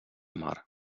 mar